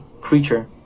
creature